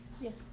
Yes